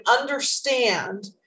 understand